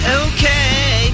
okay